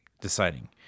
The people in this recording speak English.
deciding